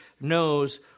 knows